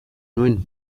nuen